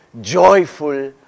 joyful